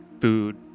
food